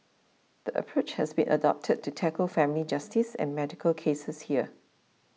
the approach has been adopted to tackle family justice and medical cases here